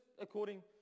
according